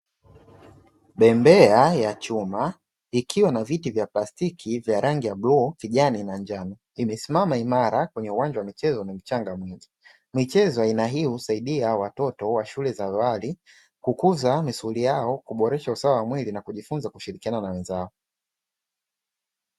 Bembea ya chuma ikiwa na viti vya plastiki vya rangi ya bluu, kijani na njano imesimama imara kwenye uwanja wamichezo wenye mchanga mwingi, Michezo ya aina hii husaidia watoto wa shule za awali kukuza misuli yao kuboresha usawa wa mwili nakujifunza kushilikiana na wenzao.